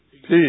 peace